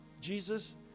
Jesus